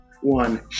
one